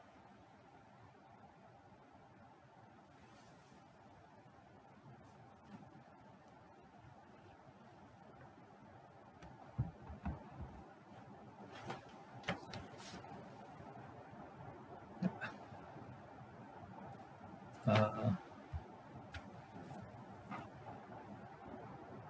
uh